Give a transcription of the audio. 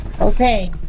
Okay